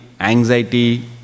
anxiety